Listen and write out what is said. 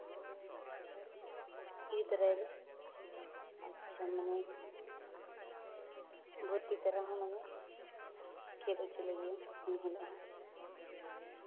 ᱤᱫᱤ ᱛᱟᱨᱟᱭᱟᱞᱮ ᱟᱪᱪᱷᱟ ᱢᱟᱱᱮ ᱵᱷᱚᱨᱛᱤ ᱛᱟᱨᱟ ᱦᱚᱸ ᱢᱟᱱᱮ ᱠᱷᱮᱞ ᱦᱚᱪᱚ ᱞᱮᱜᱮᱭᱟᱢ ᱮᱱᱦᱤᱞᱳᱜ ᱦᱚᱸ